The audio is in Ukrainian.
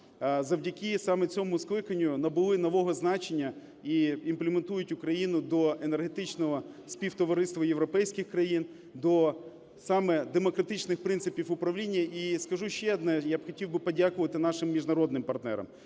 завдяки саме цьому скликанню набули нового значення і імплементують Україну до Енергетичного Співтовариства європейських країн, до саме демократичних принципів управління. І скажу ще одне. Я б хотів би подякувати нашим міжнародним партнерам.